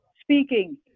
Speaking